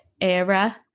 era